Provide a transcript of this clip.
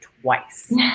twice